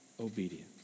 obedience